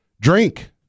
Drink